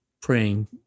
praying